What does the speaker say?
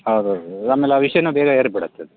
ಹೌದೌದು ಆಮೇಲೆ ಆ ವಿಷನು ಬೇಗ ಏರಿ ಬಿಡತ್ತೆ ಅದು